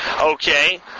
okay